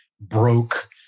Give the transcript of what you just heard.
broke